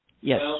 Yes